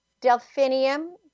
delphinium